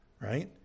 right